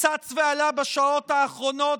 צץ ועלה בשעות האחרונות,